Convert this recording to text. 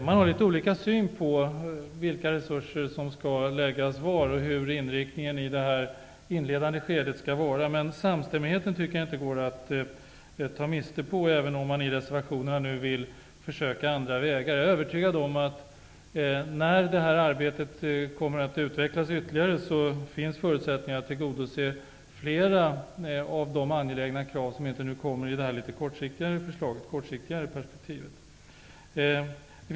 Man har litet olika syn på vilka resurser som skall läggas var och hur inriktningen i det inledande skedet skall vara. Men samstämmigheten tycker jag inte går att ta miste på, även om man i reservationerna vill försöka andra vägar. Jag är övertygad om att det, när det här arbetet kommer att utvecklas ytterligare, finns förutsättningar att tillgodose flera av de angelägna krav som egentligen hör hemma i det kortsiktiga perspektivet.